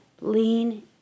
lean